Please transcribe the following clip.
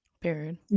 period